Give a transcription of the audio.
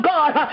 God